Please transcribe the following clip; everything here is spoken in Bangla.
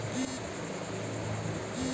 আউশ ধান চাষ করা হয় কোন মরশুমে?